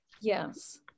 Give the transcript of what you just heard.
Yes